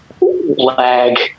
lag